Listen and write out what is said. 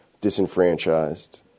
disenfranchised